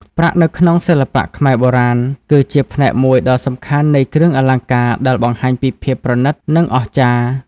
ប្រាក់ នៅក្នុងសិល្បៈខ្មែរបុរាណ គឺជាផ្នែកមួយដ៏សំខាន់នៃគ្រឿងអលង្ការដែលបង្ហាញពីភាពប្រណីត និងអស្ចារ្យ។